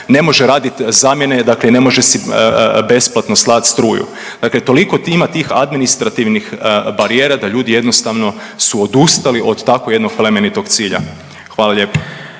ne može radit zamjene, dakle ne može si besplatno slat struju, dakle toliko ima tih administrativnih barijera da ljudi jednostavno su odustali od tako jednog plemenitog cilja, hvala lijepo.